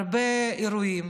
הרבה אירועים,